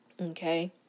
Okay